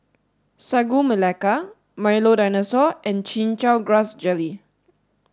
Sagu Melaka Milo Dinosaur and Chin Chow grass jelly